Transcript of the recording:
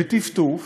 בטפטוף,